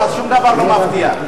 שום דבר לא מבטיח.